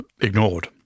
ignored